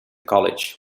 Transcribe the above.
college